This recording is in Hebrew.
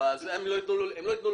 ההגבלים העסקיים לא תיתן לו לקנות.